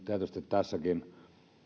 tietysti tässäkin